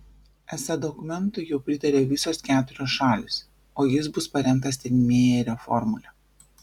esą dokumentui jau pritarė visos keturios šalys o jis bus paremtas steinmeierio formule